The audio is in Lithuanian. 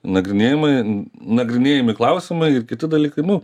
nagrinėjimai nagrinėjami klausimai ir kiti dalykai nu